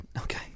Okay